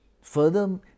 Further